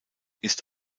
ist